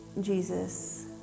Jesus